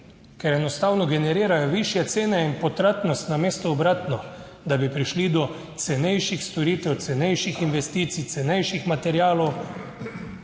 ker enostavno generirajo višje cene in potratnost, namesto obratno, da bi prišli do cenejših storitev, cenejših investicij, cenejših materialov,